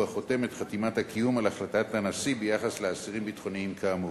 הוא החותם את חתימת הקיום על החלטת הנשיא ביחס לאסירים ביטחוניים כאמור.